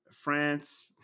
France